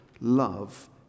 love